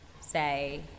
say